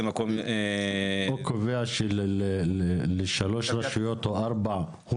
הוא קובע לשלוש או ארבע רשויות?